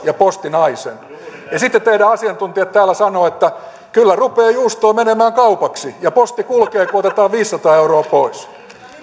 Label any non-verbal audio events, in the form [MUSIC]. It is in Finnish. [UNINTELLIGIBLE] ja postinaisen kuukausipalkasta pois ja sitten teidän asiantuntijanne täällä sanovat että kyllä rupeaa juustoa menemään kaupaksi ja posti kulkee kun otetaan viisisataa euroa pois